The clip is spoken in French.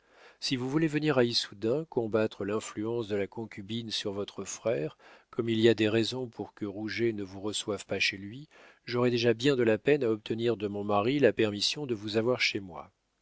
si vous voulez venir à issoudun combattre l'influence de la concubine sur votre frère comme il y a des raisons pour que rouget ne vous reçoive pas chez lui j'aurai déjà bien de la peine à obtenir de mon mari la permission de vous avoir chez moi